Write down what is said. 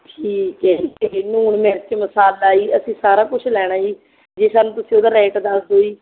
ਠੀਕ ਹੈ ਜੀ ਲੂਣ ਮਿਰਚ ਮਸਾਲਾ ਜੀ ਅਸੀਂ ਸਾਰਾ ਕੁਝ ਲੈਣਾ ਜੀ ਜੇ ਸਾਨੂੰ ਤੁਸੀਂ ਉਹਦਾ ਰੇਟ ਦੱਸ ਦਿਓ ਜੀ